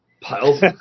piles